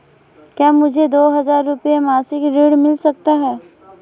क्या मुझे दो हज़ार रुपये मासिक ऋण मिल सकता है?